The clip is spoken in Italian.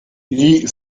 gli